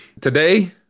Today